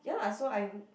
ya lah so I'm